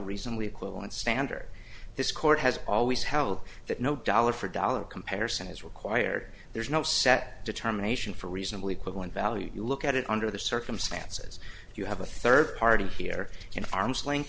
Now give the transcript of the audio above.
reasonably equivalent standard this court has always held that no dollar for dollar comparison is required there's no set determination for reasonably quick one value you look at it under the circumstances you have a third party here and arm's length